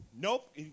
nope